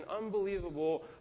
unbelievable